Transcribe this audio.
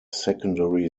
secondary